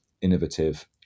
innovative